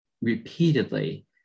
repeatedly